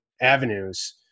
avenues